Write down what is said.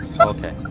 Okay